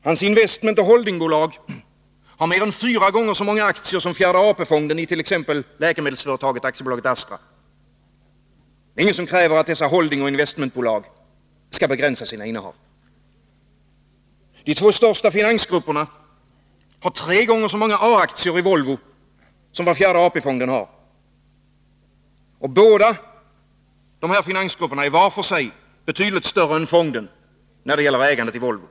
Hans investmentoch holdingbolag har mer än fyra gånger så många aktier som fjärde AP-fonden it.ex. läkemedelsföretaget AB Astra. Det är ingen som kräver att dessa investmentoch holdingbolag skall begränsa sina innehav. De två största finansgrupperna har tre gånger så många A-aktier i Volvo som vad fjärde AP-fonden har. Och dessa båda finansgrupper är var för sig betydligt större än fonden när det gäller ägandet i Volvo.